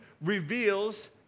reveals